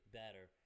better